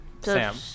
Sam